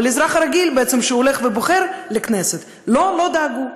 ולאזרח הרגיל שהולך ובוחר לכנסת לא דאגו.